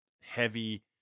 heavy